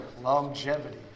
Longevity